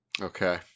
Okay